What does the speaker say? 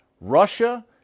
Russia